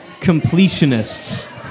completionists